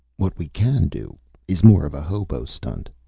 what we can do is more of a hobo stunt.